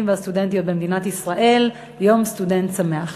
והסטודנטיות במדינת ישראל: יום סטודנט שמח.